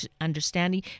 understanding